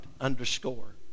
underscore